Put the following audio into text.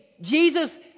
Jesus